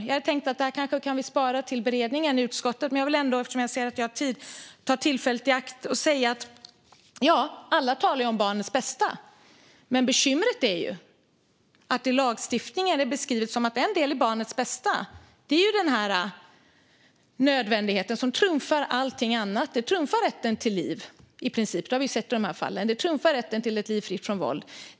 Jag hade tänkt att vi kanske skulle spara det här till beredningen i utskottet, men eftersom jag ser att jag har tid vill jag ändå ta tillfället i akt och säga att ja - alla talar om barnets bästa. Men bekymret är ju att lagstiftningen som en del av barnets bästa beskriver den här nödvändigheten som trumfar allting annat, som trumfar rätten till ett liv fritt från våld, som i princip trumfar rätten till liv. Det har vi sett i de här fallen.